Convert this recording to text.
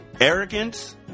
arrogance